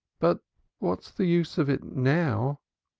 but what's the use of it now?